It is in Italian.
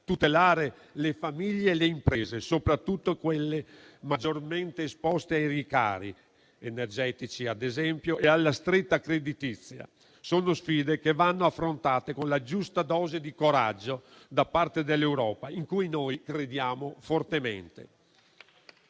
tutelare le famiglie e le imprese, soprattutto quelle maggiormente esposte ai rincari energetici, ad esempio, e alla stretta creditizia. Sono sfide che vanno affrontate con la giusta dose di coraggio da parte dell'Europa in cui noi crediamo fortemente.